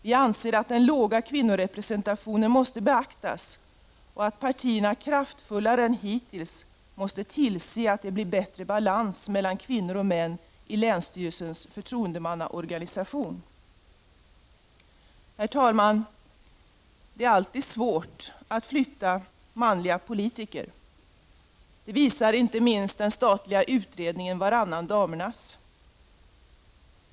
Vi anser att den låga kvinnorepresentationen måste beaktas och att partierna kraftfullare än hittills måste tillse att det blir bättre balans mellan kvinnor och män i länsstyrelsens förtroendemannaorganisation.” Herr talman! Det är alltid svårt att flytta manliga politiker. Det visar inte minst den statliga utredningen Varannan damernas.